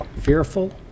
fearful